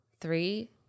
three